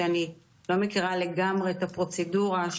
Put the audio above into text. אלא מתוך מחשבה עמוקה ואמיצה לכיוון העתיד הבטוח ושלום פורץ גבולות.